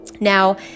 Now